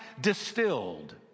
distilled